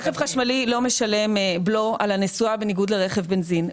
רכב חשמלי לא משלם בלו על הנסועה בניגוד לרכב בנזין.